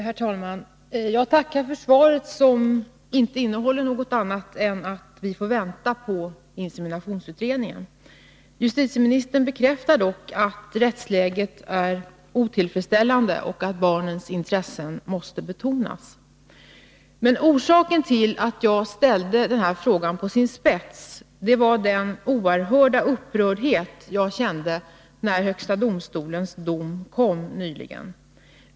Herr talman! Jag tackar för svaret, som inte innehåller något annat än att vi får vänta på inseminationsutredningen. Justitieministern bekräftar dock att rättsläget är otillfredsställande och att barnens intressen måste betonas. Orsaken till att jag ställde frågan på sin spets var den oerhörda upprördhet jag kände när högsta domstolens dom kom nyligen.